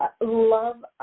love